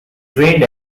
trained